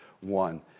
one